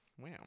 Wow